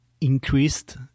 increased